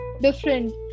different